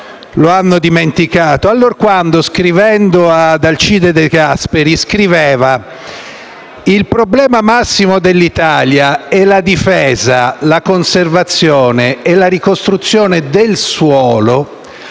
lo hanno dimenticato - allorquando, scrivendo ad Alcide De Gasperi, diceva: «Il problema massimo dell'Italia è la difesa, la conservazione e la ricostruzione del suolo